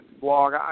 blog